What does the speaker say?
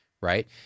right